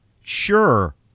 Sure